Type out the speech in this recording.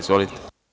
Izvolite.